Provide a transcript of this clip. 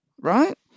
right